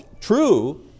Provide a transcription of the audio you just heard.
true